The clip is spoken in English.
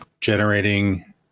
generating